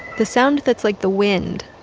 the sound that's like the wind,